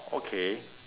okay